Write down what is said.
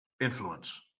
influence